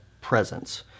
presence